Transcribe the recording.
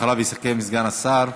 אחריו יסכם סגן השר.